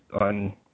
on